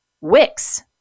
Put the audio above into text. Wix